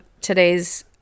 today's